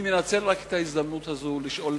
אני מנצל את ההזדמנות הזאת רק לשאול